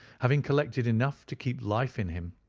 having collected enough to keep life in him,